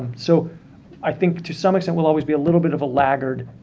so i think to some extent, we'll always be a little bit of a laggard.